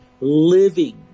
living